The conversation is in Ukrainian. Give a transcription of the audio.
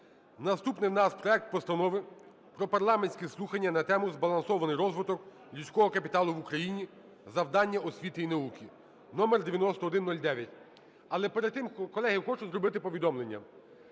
Наступний у нас проект Постанови про парламентські слухання на тему: "Збалансований розвиток людського капіталу в Україні: завдання освіти і науки" (№ 9109). Але перед тим, колеги, я хочу зробити повідомлення.